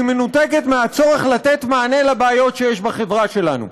והיא מנותקת מהצורך לתת מענה לבעיות שיש בחברה שלנו.